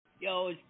Yo